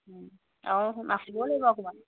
অঁ নাচিব লাগিব অকণমান